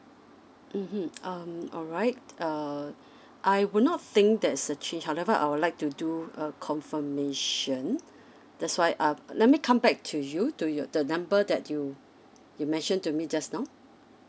mmhmm um alright uh I would not think there's a change however I would like to do a confirmation that's why uh let me come back to you to your the number that you you mention to me just now